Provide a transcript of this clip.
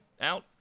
out